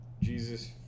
Jesus